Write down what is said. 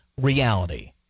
reality